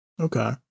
Okay